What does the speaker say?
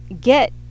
get